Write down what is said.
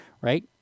right